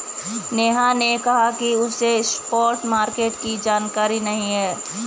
नेहा ने कहा कि उसे स्पॉट मार्केट की जानकारी नहीं है